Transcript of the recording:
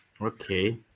okay